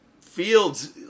Fields